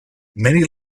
many